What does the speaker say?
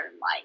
light